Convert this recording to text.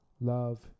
love